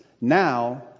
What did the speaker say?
now